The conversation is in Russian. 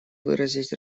выразить